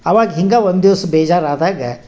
ಆವಾಗ ಹಿಂಗೆ ಒಂದು ದಿವ್ಸ ಬೇಜಾರಾದಾಗ